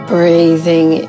Breathing